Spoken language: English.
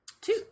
Two